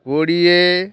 କୋଡ଼ିଏ